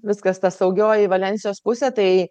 viskas ta saugioji valensijos pusė tai